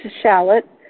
shallot